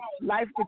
life